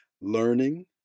learning